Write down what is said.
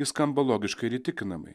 ji skamba logiškai ir įtikinamai